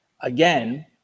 Again